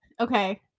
okay